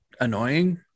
annoying